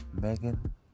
Megan